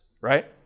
right